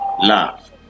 Love